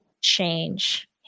change